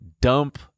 Dump